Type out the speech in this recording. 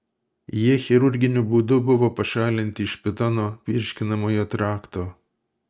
jie chirurginiu būdu buvo pašalinti iš pitono virškinamojo trakto